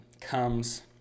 comes